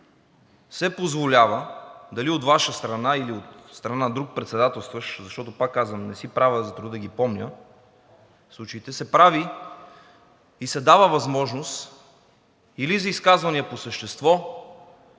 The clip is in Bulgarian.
се позволява дали от Ваша страна, или от страна на друг председателстващ, защото, пак казвам, не си правя труда да помня случаите, се прави и се дава възможност или за изказвания по същество,